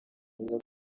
myiza